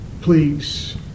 please